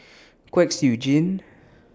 Kwek Siew Jin